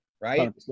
right